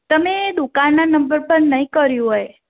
તમે દુકાનના નંબર પર નહીં કર્યો હોય